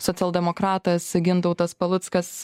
socialdemokratas gintautas paluckas